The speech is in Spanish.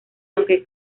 aunque